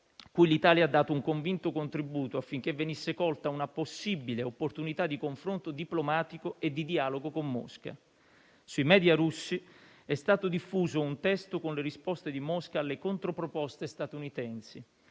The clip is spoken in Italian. cui l'Italia ha dato un convinto contributo affinché venisse colta una possibile opportunità di confronto diplomatico e di dialogo con Mosca. Sui *media* russi è stato diffuso un testo con le risposte di Mosca alle controproposte statunitensi.